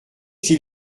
qu’il